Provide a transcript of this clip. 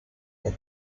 the